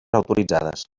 autoritzades